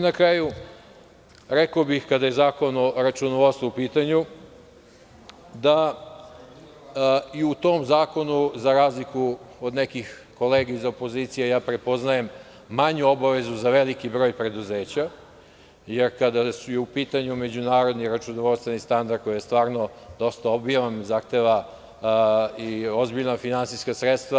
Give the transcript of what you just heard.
Na kraju, rekao bih kada je zakon o računovodstvu u pitanju, da i u tom zakonu za razliku od nekih kolega iz opozicije prepoznajem manju obavezu za veliki broj preduzeća, jer kada su u pitanju međunarodni računovodstveni standard koji je stvarno dosta obiman, zahteva i ozbiljna finansijska sredstva.